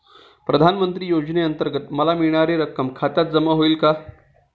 प्रधानमंत्री योजनेअंतर्गत मला मिळणारी रक्कम खात्यात जमा होईल का?